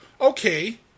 Okay